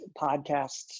podcasts